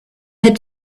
had